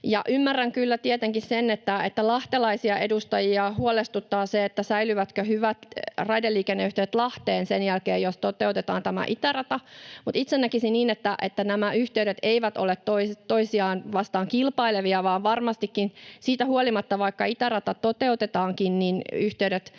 ymmärrän kyllä tietenkin sen, että lahtelaisia edustajia huolestuttaa, säilyvätkö hyvät raideliikenneyhteydet Lahteen sen jälkeen, jos toteutetaan tämä itärata, mutta itse näkisin niin, että nämä yhteydet eivät ole toisiaan vastaan kilpailevia vaan varmastikin siitä huolimatta, vaikka itärata toteutetaankin, yhteydet